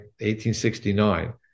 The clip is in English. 1869